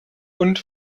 und